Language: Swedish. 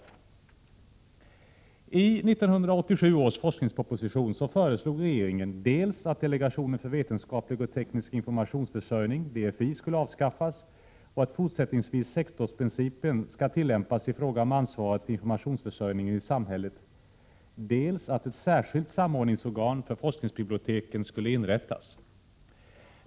I 1987 års forskningsproposition föreslog regeringen dels att delegationen för vetenskaplig och teknisk informationsförsörjning, DIF, skulle avskaffas och att fortsättningsvis sektorsprincipen skulle tillämpas i fråga om ansvaret för informationsförsörjningen i samhället, dels att ett särskilt samordningsorgan för forskningsbiblioteken skulle inrättas.